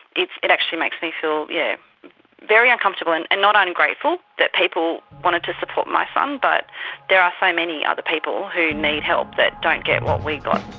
it it actually makes me feel yeah very uncomfortable, and and not ungrateful that people wanted to support my son, but there are so many other people who need help that don't get what we got.